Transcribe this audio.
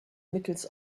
mittels